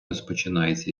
розпочинається